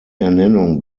ernennung